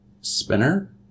Spinner